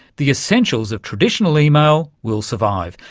the essentials of traditional email will survive,